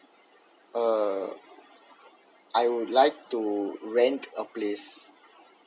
err I would like to rent a place